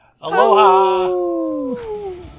Aloha